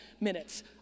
minutes